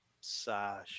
Sasha